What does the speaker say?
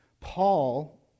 Paul